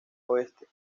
oeste